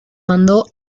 mandó